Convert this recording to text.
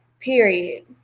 period